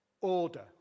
Order